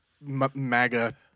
MAGA